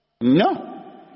No